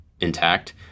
intact